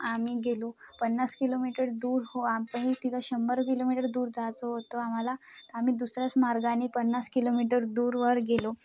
आम्ही गेलो पन्नास किलोमीटर दूर हो आम्ही तिथं शंभर किलोमीटर दूर जायचं होतं आम्हाला आम्ही दुसऱ्याच मार्गाने पन्नास किलोमीटर दूरवर गेलो